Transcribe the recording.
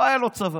לא היה לו צבא,